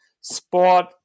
sport